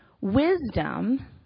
Wisdom